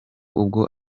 ubwo